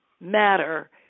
matter